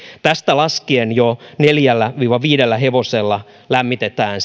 tästä laskien siis jo neljällä viiva viidellä hevosella lämmitetään